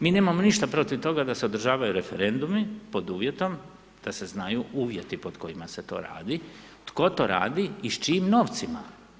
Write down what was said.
Mi nemamo ništa protiv toga da se održavaju referendumi pod uvjetom da se znaju uvjeti pod kojima se to radi, tko to radi i s čijim novcima.